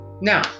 Now